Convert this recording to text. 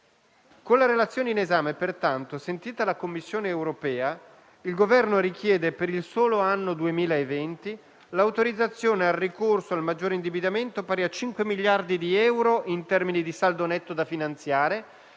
Con la relazione in esame pertanto, sentita la Commissione europea, il Governo richiede per il solo anno 2020 l'autorizzazione al ricorso al maggiore indebitamento, pari a 5 miliardi di euro in termini di saldo netto da finanziare